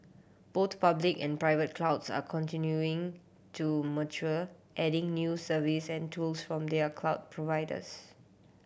both public and private clouds are continuing to mature adding new service and tools from their cloud providers